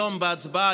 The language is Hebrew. היום בהצבעה,